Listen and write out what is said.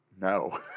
no